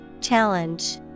Challenge